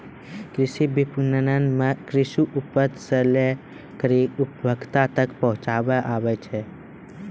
कृषि विपणन मे कृषि उपज से लै करी उपभोक्ता तक पहुचाबै आबै छै